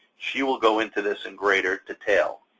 she will go into this in greater detail.